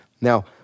Now